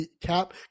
Cap